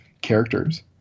characters